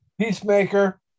Peacemaker